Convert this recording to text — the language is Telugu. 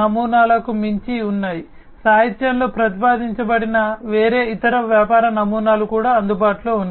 నమూనాలకు మించి ఉన్నాయి సాహిత్యంలో ప్రతిపాదించబడిన వేరే ఇతర వ్యాపార నమూనాలు కూడా అందుబాటులో ఉన్నాయి